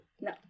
No